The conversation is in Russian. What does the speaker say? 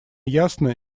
ясно